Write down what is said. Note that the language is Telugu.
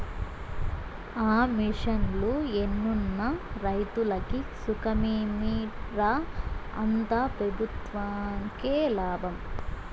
ఆ మిషన్లు ఎన్నున్న రైతులకి సుఖమేమి రా, అంతా పెబుత్వంకే లాభం